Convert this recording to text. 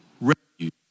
refuge